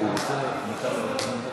אתה רוצה שאני אדבר ללא מגבלת זמן?